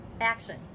Action